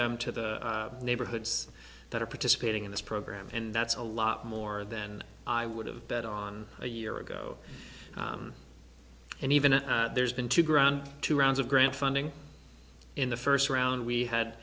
them to the neighborhoods that are participating in this program and that's a lot more than i would have bet on a year ago and even if there's been two grand two rounds of grant funding in the first round we had